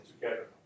together